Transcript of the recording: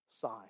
sign